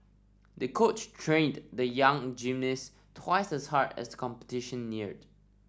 the coach trained the young gymnast twice as hard as the competition neared